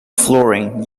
flooring